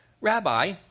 Rabbi